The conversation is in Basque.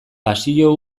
pasio